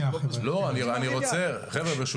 חבר'ה, ברשותכם.